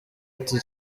ati